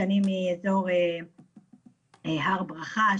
שאני מאזור הר ברכה,